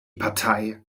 partei